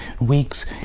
week's